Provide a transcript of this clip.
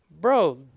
Bro